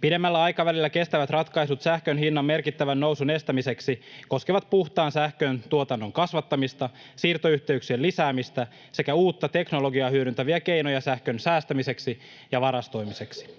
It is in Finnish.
Pidemmällä aikavälillä kestävät ratkaisut sähkön hinnan merkittävän nousun estämiseksi koskevat puhtaan sähköntuotannon kasvattamista, siirtoyhteyksien lisäämistä sekä uutta teknologiaa hyödyntäviä keinoja sähkön säästämiseksi ja varastoimiseksi.